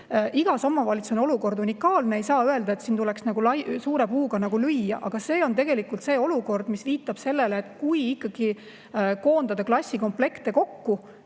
Igas omavalitsuses on olukord unikaalne, ei saa öelda, et siin tuleks suure puuga lüüa. Aga see olukord viitab sellele, et kui ikkagi koondada klassikomplekte kokku